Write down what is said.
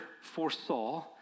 foresaw